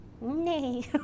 Nay